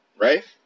Right